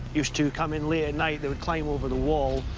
used to come in late at night. they would climb over the wall,